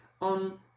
on